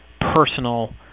personal